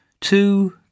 two